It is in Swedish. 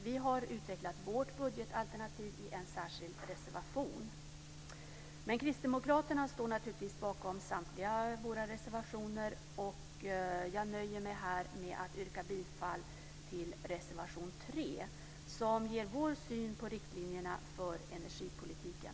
Vi har utvecklat vårt budgetalternativ i en särskild reservation. Vi kristdemokrater står naturligtvis bakom samtliga våra reservationer, men jag nöjer mig med att yrka bifall till reservation 3 som ger vår syn på riktlinjerna för energipolitiken.